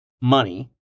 money